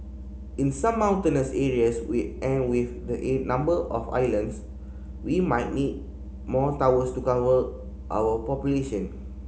in some mountainous areas with and with the number of islands we might need more towers to cover our population